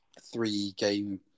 three-game